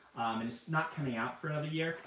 and it's not coming out for another year.